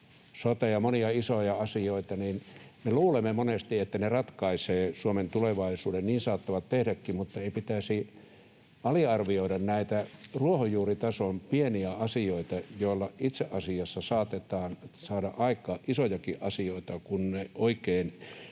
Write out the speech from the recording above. sotea, monia isoja asioita, niin luulemme monesti, että ne ratkaisevat Suomen tulevaisuuden. Niin ne saattavat tehdäkin, mutta ei pitäisi aliarvioida näitä ruohonjuuritason pieniä asioita, joilla itse asiassa saatetaan saada aikaan isojakin asioita, kun ne oikein